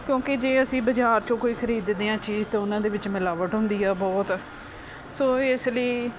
ਕਿਉਂਕਿ ਜੇ ਅਸੀਂ ਬਾਜ਼ਾਰ 'ਚੋਂ ਕੋਈ ਖਰੀਦਦੇ ਹਾਂ ਚੀਜ਼ ਤਾਂ ਉਹਨਾਂ ਦੇ ਵਿੱਚ ਮਿਲਾਵਟ ਹੁੰਦੀ ਆ ਬਹੁਤ ਸੋ ਇਸ ਲਈ